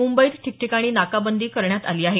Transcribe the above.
मुंबईत ठिकठिकाणी नाकाबंदी करण्यात आली आहे